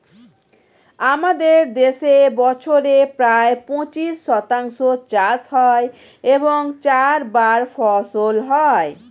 আমাদের দেশে বছরে প্রায় পঁচিশ শতাংশ চাষ হয় এবং চারবার ফসল হয়